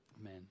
Amen